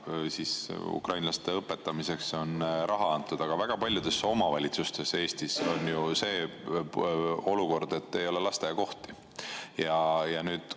on ukrainlaste õpetamiseks raha antud, aga väga paljudes Eesti omavalitsustes on ju see olukord, et ei ole lasteaiakohti. Ja nüüd,